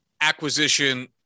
acquisition